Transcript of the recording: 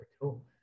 cool